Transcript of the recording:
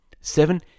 Seven